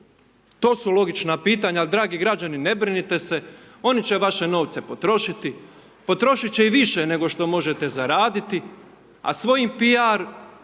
To su logična pitanja, al dragi građani ne brinite se, oni će vaše novce potrošiti, potrošiti će i više nego što možete zaraditi, a svojim piar